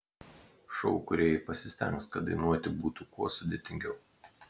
šou kūrėjai pasistengs kad dainuoti būtų kuo sudėtingiau